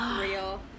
Real